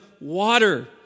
water